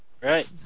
Right